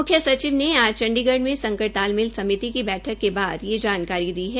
म्ख्य सचिव ने आज चंडीगढ़ में संकट तालमेल समिति की बैठक के बाद यह जानकारी दी है